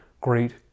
great